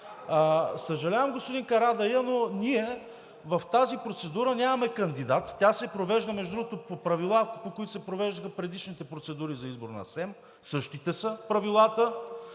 Съжалявам, господин Карадайъ, но ние в тази процедура нямаме кандидат. Тя се провежда, между другото, по правила, по които се провеждаха предишните процедури за избор на СЕМ, същите са правилата,